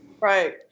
right